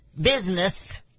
business